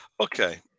Okay